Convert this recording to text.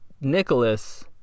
Nicholas